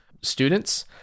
students